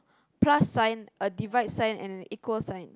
plus sign a divide sign and equal sign